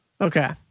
Okay